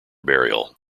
burial